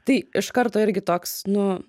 tai iš karto irgi toks nu